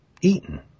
eaten